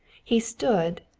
he stood,